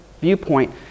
viewpoint